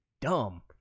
dumb